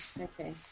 Okay